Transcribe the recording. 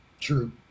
True